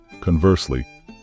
Conversely